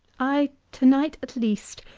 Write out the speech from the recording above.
i, to-night at least,